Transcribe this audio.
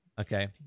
Okay